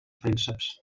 prínceps